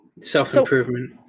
Self-improvement